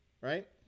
right